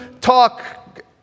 talk